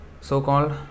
so-called